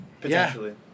potentially